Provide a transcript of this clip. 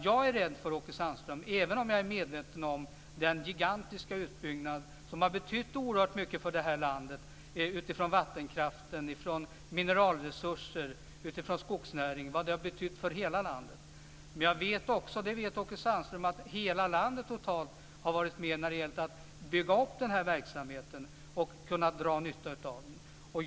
Jag är medveten om den gigantiska utbyggnad som har betytt oerhört mycket för det här landet. Det gäller vattenkraften, mineralresurser och skogsnäringen. Det har betytt mycket för hela landet. Men både jag och Åke Sandström vet att hela landet har varit med när det gällt att bygga upp den här verksamheten och kunna dra nytta av den.